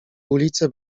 ulice